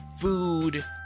food